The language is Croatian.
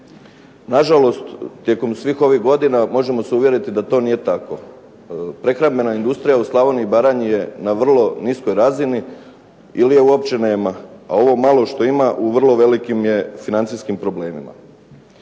Nažalost, tijekom svih ovih godina možemo se uvjeriti da to nije tako. Prehrambena industrija u Slavoniji i Baranji je na vrlo niskoj razini ili je uopće nema, a ovo malo što ima u vrlo velikim je financijskim problemima.